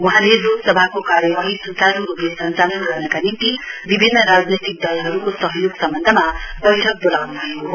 वहाँले लोतसभाको कार्यवाही सुचारु रुपले सेचालन गर्नका निम्ति विभिन्न राजनैतिक दलहरुको सहयोग सम्वन्धमा वैठक वोलाउनु भएको हो